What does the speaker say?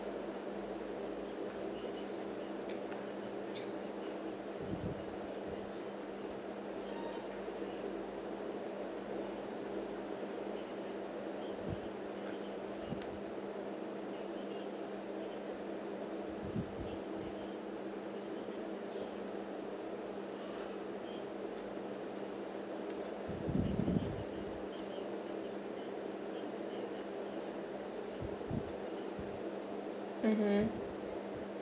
mmhmm